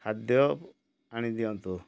ଖାଦ୍ୟ ଆଣିଦିଅନ୍ତୁ